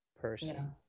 person